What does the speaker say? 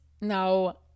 no